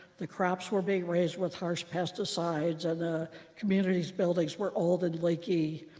the crops were being raised with harsh pesticides. and the community's buildings were old and leaky,